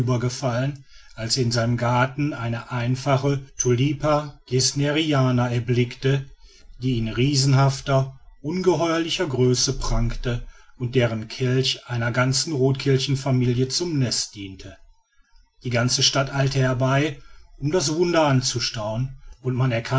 gefallen als er in seinem garten eine einfache tulipa gesneriana erblickte die in riesenhafter ungeheuerlicher größe prangte und deren kelch einer ganzen rothkehlchenfamilie zum nest diente die ganze stadt eilte herbei um das wunder anzustaunen und man